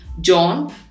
john